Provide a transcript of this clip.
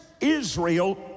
Israel